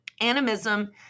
animism